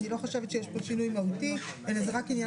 אני לא חושבת שיש פה שינוי מהותי, אלא זה רק עניין